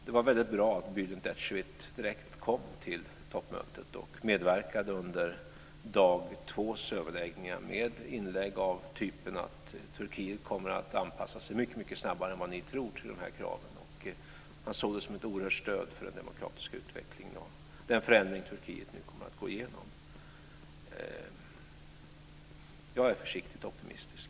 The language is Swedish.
Det var väldigt bra att Bülent Ecevit direkt kom till toppmötet och medverkade under överläggningarna dag 2 med inlägg av typen: Turkiet kommer att anpassa sig mycket snabbare än ni tror till de här kraven. Han såg det som ett oerhört stöd för den demokratiska utvecklingen och den förändring som Turkiet nu kommer att gå igenom. Jag är försiktigt optimistisk.